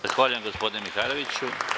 Zahvaljujem, gospodine Mihajloviću.